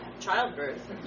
childbirth